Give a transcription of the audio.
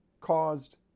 caused